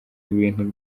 ibintu